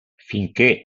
finchè